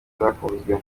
zakunzwe